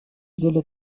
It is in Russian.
деле